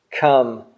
come